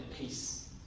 peace